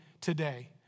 today